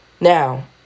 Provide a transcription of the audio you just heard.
Now